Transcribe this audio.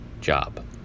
job